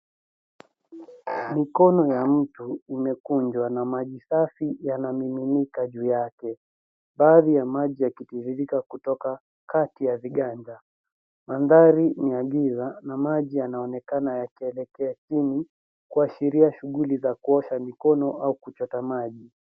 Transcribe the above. Mikono ya mtu imekunjwa na maji safi yanamiminika juu yake baadhi ya maji yakitiririka kutoka kati ya viganja. Mandhari ni ya giza na maji yanaonekana yakielekea chini kuashiria shughuli za kuosha mikono au kuchota maji.